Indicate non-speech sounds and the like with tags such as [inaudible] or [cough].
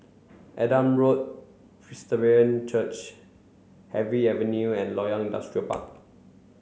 Adam Road [noise] [unintelligible] Church Harvey Avenue and Loyang Industrial Park